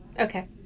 Okay